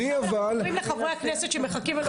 אנחנו עוברים לחברי הכנסת שמחכים.